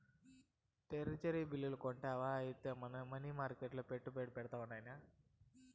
treasury bill కొంటివా ఐతే money మర్కెట్ల పెట్టుబడి పెట్టిరా నాయనా